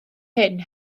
hyn